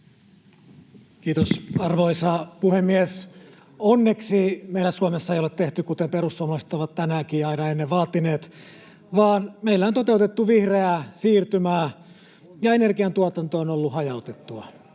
Kiitos, arvoisa puhemies! Onneksi meillä Suomessa ei ole tehty kuten perussuomalaiset ovat tänäänkin ja aina ennen vaatineet, vaan meillä on toteutettu vihreää siirtymää ja energiantuotanto on ollut hajautettua.